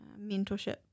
mentorship